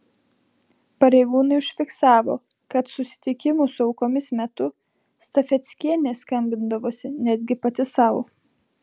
pareigūnai užfiksavo kad susitikimų su aukomis metu stafeckienė skambindavosi netgi pati sau